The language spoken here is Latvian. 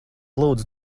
lūdzu